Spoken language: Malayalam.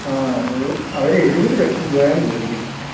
ആ ഒരു അവർ എഴുപത് ലക്ഷം രൂപയാണ് ചോദിക്കുന്നത്